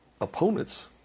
opponents